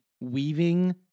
weaving